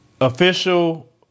official